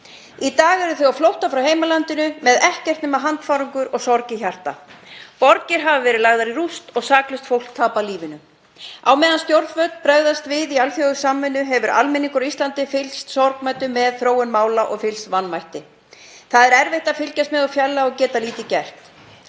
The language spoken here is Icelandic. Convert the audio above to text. Í dag eru þau á flótta frá heimalandinu með ekkert nema handfarangur og sorg í hjarta. Borgir hafa verið lagðar í rúst og saklaust fólk tapað lífinu. Á meðan stjórnvöld bregðast við í alþjóðasamvinnu hefur almenningur á Íslandi fylgst sorgmæddur með þróun mála og fyllst vanmætti. Það er erfitt að fylgjast með úr fjarlægð og geta lítið gert.